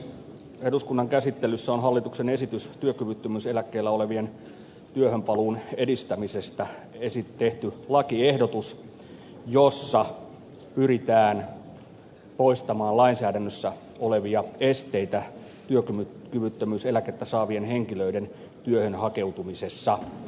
eduskunnan käsittelyssä on työkyvyttömyyseläkkeellä olevien työhönpaluun edistämisestä tehty lakiehdotus jossa pyritään poistamaan lainsäädännössä olevia esteitä työkyvyttömyyseläkettä saavien henkilöiden työhön hakeutumisessa